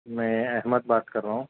میں احمد بات کر رہا ہوں